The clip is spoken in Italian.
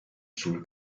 sul